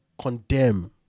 condemn